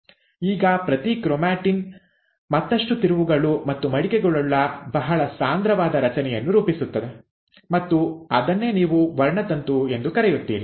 ಈಗ ಪ್ರತಿ ಕ್ರೋಮ್ಯಾಟಿನ್ ಮತ್ತಷ್ಟು ತಿರುವುಗಳು ಮತ್ತು ಮಡಿಕೆಗಳುಳ್ಳ ಬಹಳ ಸಾಂದ್ರವಾದ ರಚನೆಯನ್ನು ರೂಪಿಸುತ್ತವೆ ಮತ್ತು ಅದನ್ನೇ ನೀವು ವರ್ಣತಂತು ಎಂದು ಕರೆಯುತ್ತೀರಿ